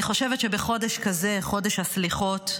אני חושבת שבחודש כזה, חודש הסליחות,